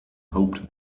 hoped